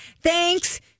Thanks